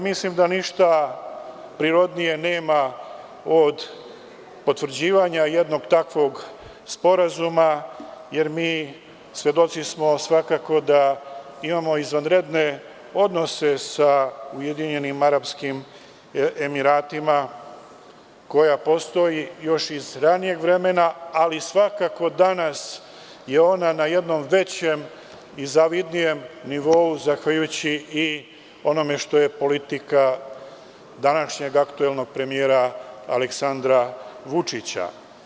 Mislim da ništa prirodnije nema od potvrđivanja jednog takvog sporazuma, jer smo mi svedoci da imamo izvanredne odnose sa UAE, koji postoje iz ranijegvremena, ali svakako da je danas na većem i zavidnijem nivou zahvaljujući onome što je politika današnjeg aktuelnog premijera Aleksandra Vučića.